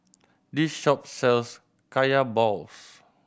this shop sells Kaya balls